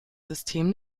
system